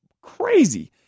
crazy